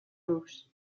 rus